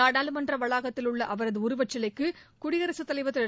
நாடாளுமன்ற வளாகத்தில் உள்ள அவரது உருவச் சிலைக்கு குடியரசுத் தலைவர் திரு